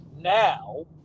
now